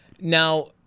Now